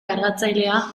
kargatzailea